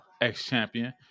ex-champion